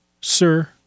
Sir